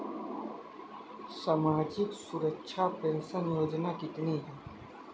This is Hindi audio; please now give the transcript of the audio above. सामाजिक सुरक्षा पेंशन योजना कितनी हैं?